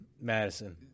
Madison